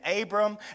Abram